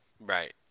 Right